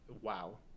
Wow